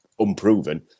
unproven